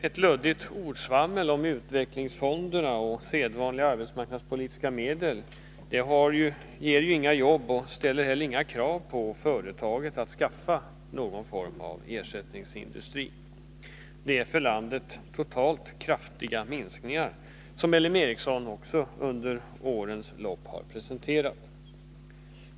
Ett luddigt ordsvammel om utvecklingsfonderna och sedvanliga arbetsmarknadspolitiska medel ger inga jobb och ställer inga krav på företaget att skaffa någon form av ersättningsindustri. Det är för landet totalt kraftiga minskningar som L ME under årens lopp har presenterat.